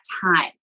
time